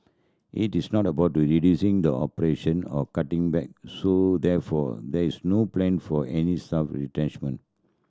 it is not about reducing the operation or cutting back so therefore there is no plan for any staff retrenchment